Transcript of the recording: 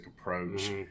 approach